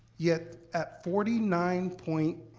yet, at forty nine point.